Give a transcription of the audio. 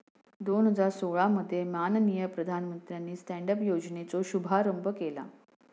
दोन हजार सोळा मध्ये माननीय प्रधानमंत्र्यानी स्टॅन्ड अप योजनेचो शुभारंभ केला